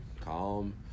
calm